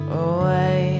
away